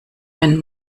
wenn